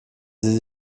sie